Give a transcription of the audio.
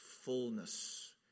fullness